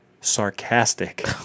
sarcastic